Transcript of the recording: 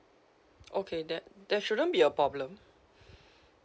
okay that that shouldn't be a problem